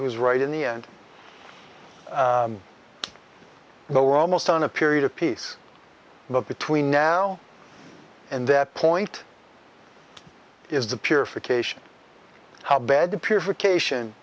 who's right in the end but we're almost on a period of peace but between now and that point is the purification how bad the purification